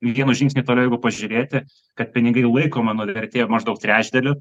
gerų žingsnių tolygu pažiūrėti kad pinigai laiko mano vertė maždaug trečdaliu